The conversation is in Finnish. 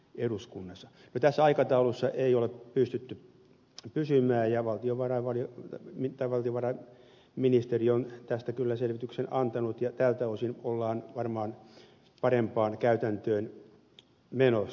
no tässä aikataulussa ei ole pystytty pysymään ja valtiovarainministeri on tästä kyllä selvityksen antanut ja tältä osin ollaan varmaan parempaan käytäntöön menossa